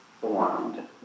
formed